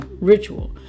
ritual